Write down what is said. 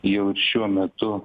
jau šiuo metu